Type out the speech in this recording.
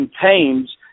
contains